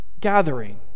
gathering